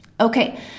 Okay